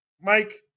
Mike